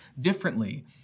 differently